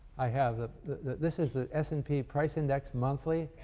i have ah the this is the s and p price index monthly,